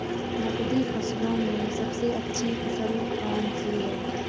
नकदी फसलों में सबसे अच्छी फसल कौन सी है?